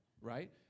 right